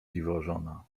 dziwożona